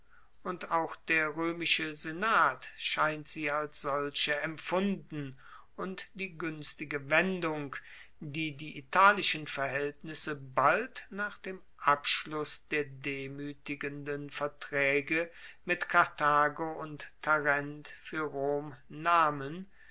und auch der roemische senat scheint sie als solche empfunden und die guenstige wendung die die italischen verhaeltnisse bald nach dem abschluss der demuetigenden vertraege mit karthago und tarent fuer rom nahmen